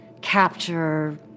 capture